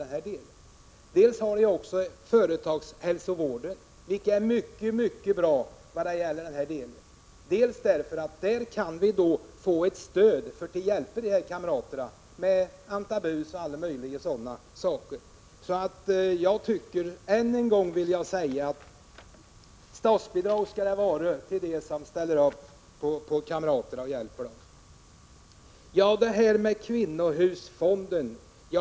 Sedan har vi också företagshälsovården, som fungerar bra när det gäller att informera. Företagshälsovården kan dessutom hjälpa oss i den här verksamheten bl.a. genom att ge de kamrater det gäller antabus och annat. Jag vill än en gång säga att statsbidrag bör ges till dem som ställer upp och hjälper sina kamrater i de här avseendena. Inga Lantz talar om en kvinnohusfond.